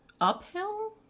uphill